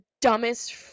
dumbest